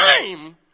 time